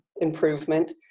improvement